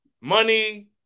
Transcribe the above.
money